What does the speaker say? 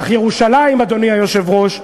אך ירושלים" אדוני היושב-ראש,